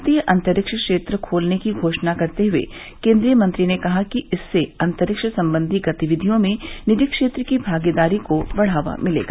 भारतीय अंतरिक्ष क्षेत्र खोलने की घोषणा करते हुए केंद्रीय मंत्री ने कहा कि इससे अंतरिक्ष संबंधी गतिविधियों में निजी क्षेत्र की भागीदारी को बढ़ावा मिलेगा